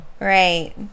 Right